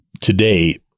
today